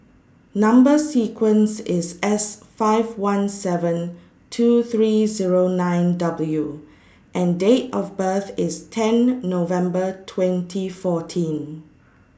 Number sequence IS S five one seven two three Zero nine W and Date of birth IS ten November twenty fourteen